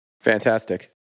Fantastic